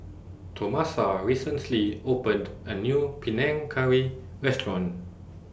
Tomasa recently opened A New Panang Curry Restaurant